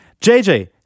JJ